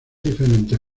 diferentes